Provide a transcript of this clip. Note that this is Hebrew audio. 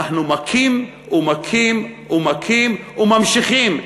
אנחנו מכים ומכים ומכים וממשיכים,